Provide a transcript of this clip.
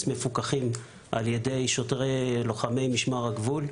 ומפוקחים על ידי לוחמי משמר הגבול,